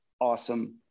awesome